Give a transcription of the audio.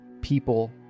people